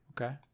okay